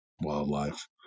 wildlife